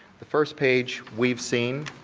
the first page we've seen